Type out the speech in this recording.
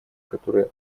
которые